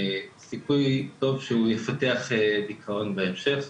סיכוי טוב שהוא יפתח דיכאון בהמשך.